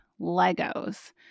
Legos